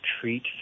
treat